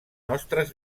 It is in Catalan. nostres